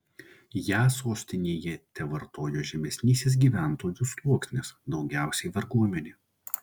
ją sostinėje tevartojo žemesnysis gyventojų sluoksnis daugiausiai varguomenė